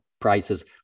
prices